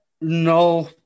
No